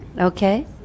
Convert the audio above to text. Okay